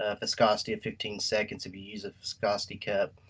ah viscosity at fifteen seconds if you use a viscosity cup.